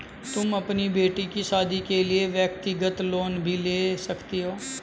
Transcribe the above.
तुम अपनी बेटी की शादी के लिए व्यक्तिगत लोन भी ले सकती हो